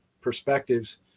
perspectives